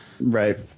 Right